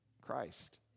Christ